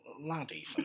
Laddie